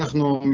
no,